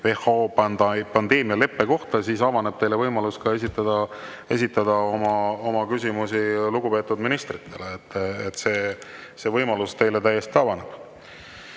WHO pandeemialeppe kohta, avaneb teile võimalus esitada oma küsimused lugupeetud ministritele. See võimalus teile täiesti avaneb. Nii,